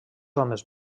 homes